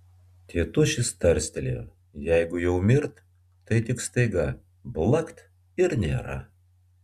tėtušis tarstelėjo jeigu jau mirt tai tik staiga blakt ir nėra